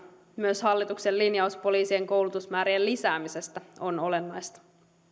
myös hallituksen linjaus poliisien koulutusmäärien lisäämisestä on olennainen